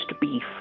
beef